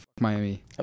miami